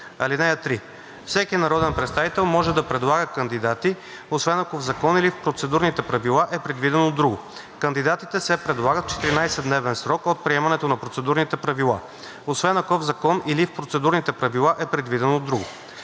(3) Всеки народен представител може да предлага кандидати, освен ако в закон или в процедурните правила е предвидено друго. Кандидатите се предлагат в 14-дневен срок от приемането на процедурните правила, освен ако в закон или в процедурните правила е предвидено друго.